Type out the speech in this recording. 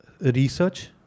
research